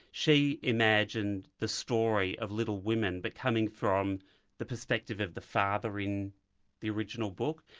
she imagined the story of little women but coming from the perspective of the father in the original book.